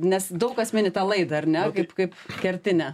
nes daug kas mini tą laidą ar ne taip kaip kertinę